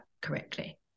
correctly